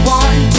one